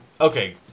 okay